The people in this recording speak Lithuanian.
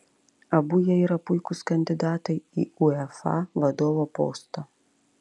abu jie yra puikūs kandidatai į uefa vadovo postą